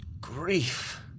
grief